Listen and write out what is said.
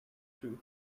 two